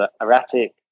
erratic